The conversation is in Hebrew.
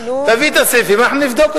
די, נו, תביאי את הסעיפים, אנחנו נבדוק אותם.